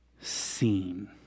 seen